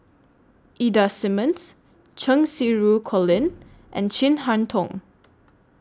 Ida Simmons Cheng Xinru Colin and Chin Harn Tong